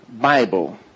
Bible